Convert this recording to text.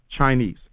Chinese